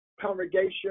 congregation